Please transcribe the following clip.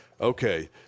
Okay